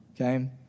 Okay